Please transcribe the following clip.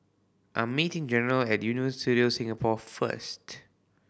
I'm meeting General at Universal Studios Singapore first